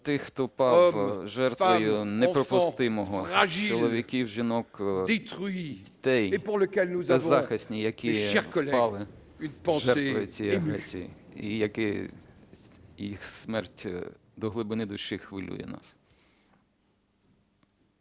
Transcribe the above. тих, хто пав жертвою неприпустимого: чоловіків, жінок, дітей - беззахисні, які впали жертвою цієї агресії. Їх смерть до глибини душі хвилює нас.